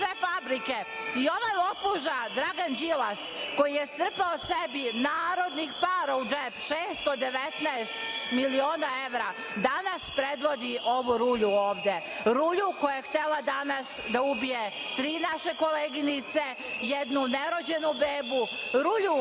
Ova lopuža Dragan Đilas koji je strpao sebi narodih para u džep 619 miliona evra danas predvodi ovu rulju ovde, rulju koja je htela danas da ubije tri naše koleginice, jednu nerođenu bebu, rulju